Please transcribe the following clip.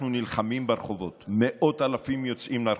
אנחנו נלחמים ברחובות, מאות אלפים יוצאים לרחובות.